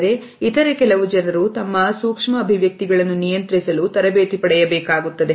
ಆದರೆ ಇತರ ಕೆಲವು ಜನರು ತಮ್ಮ ಸೂಕ್ಷ್ಮ ಅಭಿವ್ಯಕ್ತಿಗಳನ್ನು ನಿಯಂತ್ರಿಸಲು ತರಬೇತಿ ಪಡೆಯಬೇಕಾಗುತ್ತದೆ